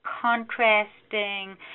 contrasting